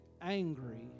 angry